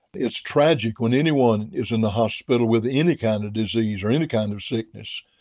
it's tragic when anyone is in the hospital with any kind of disease or any kind of sickness.